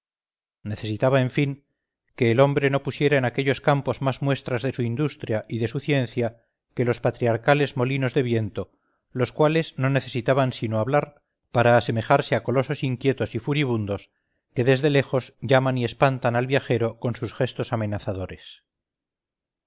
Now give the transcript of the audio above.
necesitaba en fin que el hombre no pusiera en aquellos campos más muestras de su industria y de su ciencia que los patriarcales molinos de viento los cuales no necesitaban sino hablar para asemejarse a colosos inquietos y furibundos que desde lejos llaman y espantan al viajero con sus gestos amenazadores